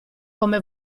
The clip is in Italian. come